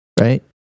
right